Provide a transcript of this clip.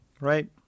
Right